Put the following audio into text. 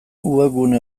webgune